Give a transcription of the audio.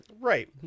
Right